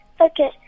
Okay